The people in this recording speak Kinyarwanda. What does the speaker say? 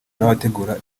n’abategura